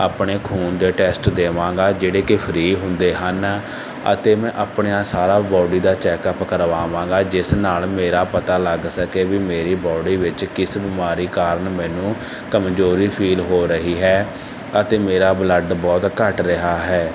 ਆਪਣੇ ਖੂਨ ਦੇ ਟੈਸਟ ਦੇਵਾਂਗਾ ਜਿਹੜੇ ਕਿ ਫ੍ਰੀ ਹੁੰਦੇ ਹਨ ਅਤੇ ਮੈਂ ਆਪਣਿਆਂ ਸਾਰਾ ਬੋਡੀ ਦਾ ਚੈੱਕਅਪ ਕਰਵਾਵਾਂਗਾ ਜਿਸ ਨਾਲ ਮੇਰਾ ਪਤਾ ਲੱਗ ਸਕੇ ਵੀ ਮੇਰੀ ਬਾਡੀ ਵਿੱਚ ਕਿਸ ਬਿਮਾਰੀ ਕਾਰਨ ਮੈਨੂੰ ਕਮਜ਼ੋਰੀ ਫੀਲ ਹੋ ਰਹੀ ਹੈ ਅਤੇ ਮੇਰਾ ਬਲੱਡ ਬਹੁਤ ਘੱਟ ਰਿਹਾ ਹੈ